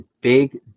big